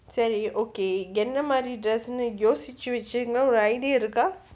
சரி:ceri okay என்ன மாதிரி:enna maathiri dress னு யோசிச்சு வச்சிங்களா ஒரு:nu yoosichu vachingala oru idea இருக்கா:irukkaa